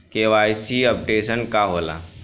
KYC updation का होला?